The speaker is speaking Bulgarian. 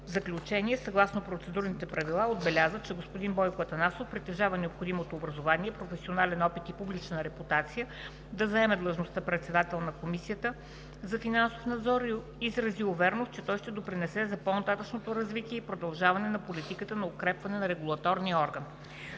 заключение съгласно Процедурните правила отбеляза, че господин Бойко Атанасов притежава необходимото образование, професионален опит и публична репутация да заеме длъжността председател на Комисията за финансов надзор и изрази увереност, че той ще допринесе за по нататъшното развитие и продължаване на политиката на укрепване на регулаторния орган.